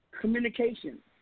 Communication